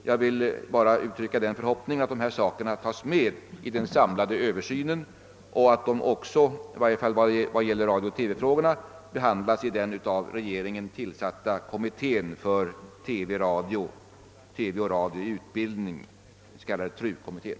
Jag vill bara uttrycka förhoppningen, att dessa saker tas med i den samlade översynen och att de också, i varje fall vad gäller radiooch TV-frågorna, behandlas i den av regeringen tillsatta kommittén för TV och radio i utbildning, den s.k. TRU-kommittén.